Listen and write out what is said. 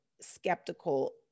skeptical